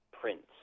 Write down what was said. prince